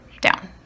down